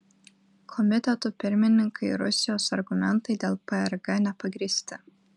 komitetų pirmininkai rusijos argumentai dėl prg nepagrįsti